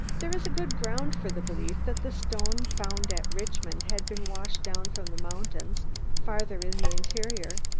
there is good ground for the belief that the stone found at richmond had been washed down from the mountains farther in the interior,